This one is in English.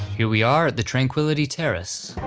here we are at the tranquility terrace.